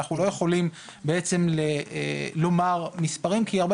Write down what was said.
אנחנו לא יכולים לומר מספרים כי הרבה